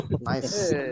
nice